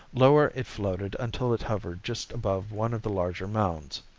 lower it floated until it hovered just above one of the larger mounds.